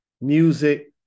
music